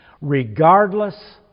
regardless